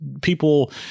people